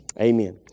Amen